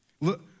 Look